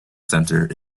centre